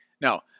Now